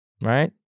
right